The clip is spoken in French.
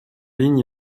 ligne